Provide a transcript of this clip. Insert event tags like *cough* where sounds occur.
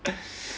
*breath*